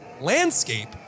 landscape